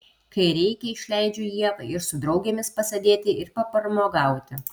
kai reikia išleidžiu ievą ir su draugėmis pasėdėti ir papramogauti